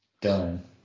done